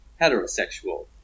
heterosexual